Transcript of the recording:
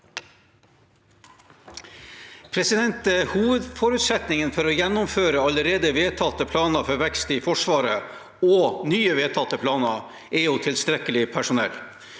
Hovedforutsetningen for å gjennomføre allerede vedtatte planer for vekst i Forsvaret og nye vedtatte planer er tilstrekkelig personell.